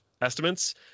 estimates